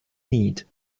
need